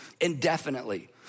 indefinitely